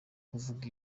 kuvuga